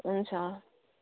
हुन्छ